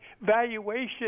Valuation